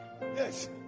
yes